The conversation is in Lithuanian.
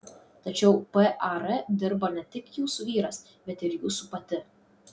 tačiau par dirbo ne tik jūsų vyras bet ir jūs pati